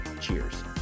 Cheers